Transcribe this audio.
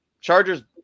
chargers